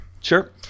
sure